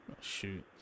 shoot